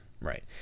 right